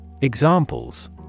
Examples